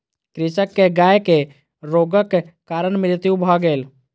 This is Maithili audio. कृषक के गाय के रोगक कारण मृत्यु भ गेल